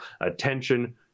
attention